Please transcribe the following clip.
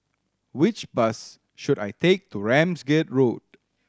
which bus should I take to Ramsgate Road